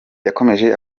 yakomeje